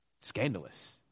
scandalous